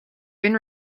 been